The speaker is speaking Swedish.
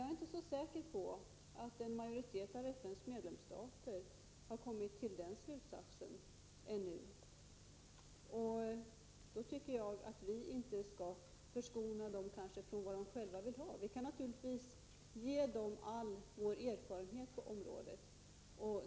Jag är inte så säker på att en majoritet av FN:s medlemsstater har kommit till den slutsatsen ännu. Jag tycker därför att vi i så fall kanske inte skall förskona dem från vad de själva vill ha. Vi kan naturligtvis delge dem all vår erfarenhet på området.